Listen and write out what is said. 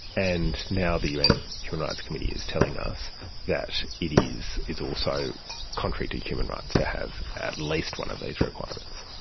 and now the un human rights committee is telling us that it is also contrary to human rights to have at least one of these requirements.